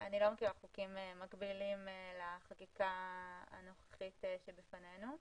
לא מכירה חוקים מקבילים לחקיקה הנוכחית שבפנינו.